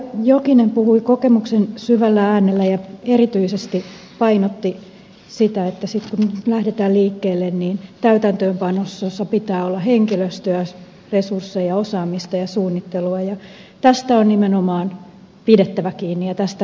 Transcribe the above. jokinen puhui kokemuksen syvällä äänellä ja erityisesti painotti sitä että sitten kun lähdetään liikkeelle täytäntöönpanossa pitää olla henkilöstöä resursseja osaamista ja suunnittelua ja tästä on nimenomaan pidettävä kiinni ja tästä lähdetäänkin